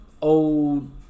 old